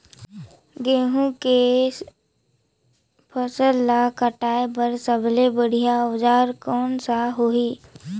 गहूं के फसल ला कटाई बार सबले बढ़िया औजार कोन सा होही?